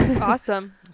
Awesome